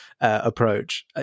approach